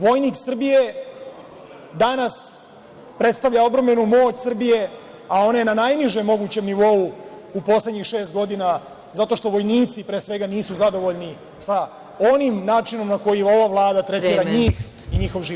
Vojnik Srbije danas predstavlja odbrambenu moć Srbije, a ona je na najnižem mogućem nivou u poslednjih šest godina zato što vojnici pre svega nisu zadovoljni sa onim načinom na koji ova Vlada tretira njih i njihov život.